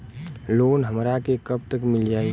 Loan हमरा के कब तक मिल जाई?